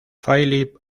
philippe